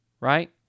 right